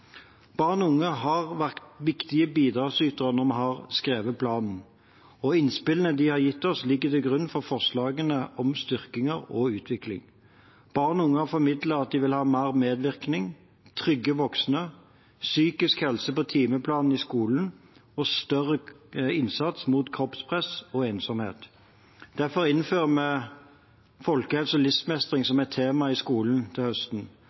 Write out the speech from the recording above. Barn og unge har vært viktige bidragsytere når vi har skrevet planen, og innspillene de har gitt oss, ligger til grunn for forslagene om styrkinger og utvikling. Barn og unge har formidlet at de vil ha mer medvirkning, trygge voksne, psykisk helse på timeplanen i skolen og større innsats mot kroppspress og ensomhet. Derfor innfører vi folkehelse og livsmestring som et tema i skolen til høsten.